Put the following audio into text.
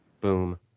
Boom